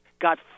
got